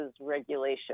Regulation